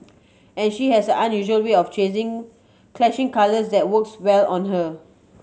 and she has an unusual way of clashing colours that works well on her